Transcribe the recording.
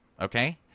Okay